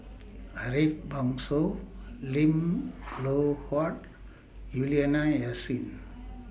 Ariff Bongso Lim Loh Huat Juliana Yasin